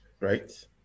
Right